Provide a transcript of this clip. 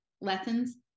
lessons